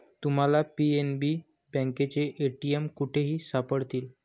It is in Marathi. तुम्हाला पी.एन.बी बँकेचे ए.टी.एम कुठेही सापडतील